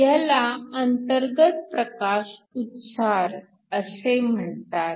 ह्याला अंतर्गत प्रकाश उत्सार असे म्हणतात